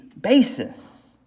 basis